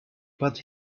but